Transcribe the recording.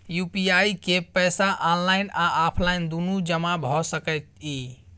UPI के पैसा online आ ऑफलाइन दुनू जमा भ सकै इ?